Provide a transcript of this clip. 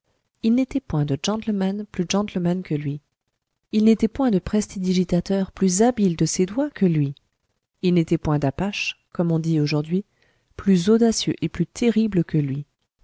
il n'était point de gentleman plus gentleman que lui il n'était point de prestidigitateur plus habile de ses doigts que lui il n'était point d apache comme on dit aujourd'hui plus audacieux et plus terrible que lui